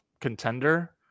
contender